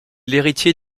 l’héritier